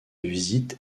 visite